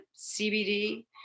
CBD